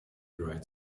dried